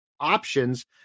options